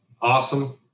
Awesome